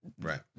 right